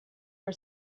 for